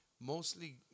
mostly